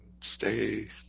stay